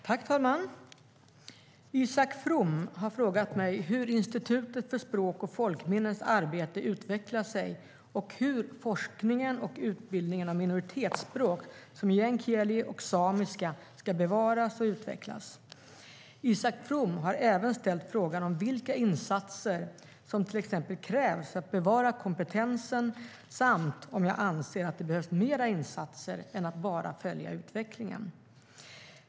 Herr talman! Isak From har frågat mig hur Institutet för språk och folkminnens arbete utvecklar sig och hur forskningen och utbildningen inom minoritetsspråk som meänkieli och samiska ska bevaras och utvecklas. Isak From har även ställt frågan om vilka insatser som till exempel krävs för att bevara kompetensen samt om jag anser att det behövs mer insatser än att bara följa utvecklingen.